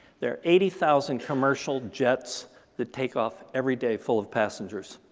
there are eighty thousand commercial jets that take off every day full of passengers.